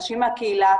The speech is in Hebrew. אנשים מהקהילה,